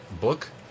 book